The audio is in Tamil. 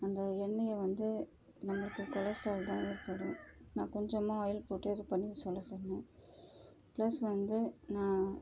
அந்த எண்ணையை வந்து நம்மளுக்கு கொலஸ்ட்ரால் தான் ஏற்படும் நான் கொஞ்சமாக ஆயில் போட்டு இது பண்ணி சுட சொன்னேன் ப்ளஸ் வந்து நான்